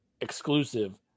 exclusive